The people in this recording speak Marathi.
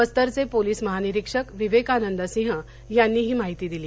बस्तरचे पोलीस महानिरीक्षक विवेकानंद सिंह यांनी ही माहिती दिली